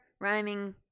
rhyming